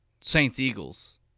Saints-Eagles